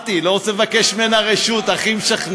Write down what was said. הרע, שאני לא רוצה לבקש מזהבה רשות, הכי משכנע.